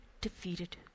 defeated